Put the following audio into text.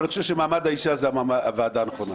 אבל אני חושב שמעמד האישה זו הוועדה הנכונה.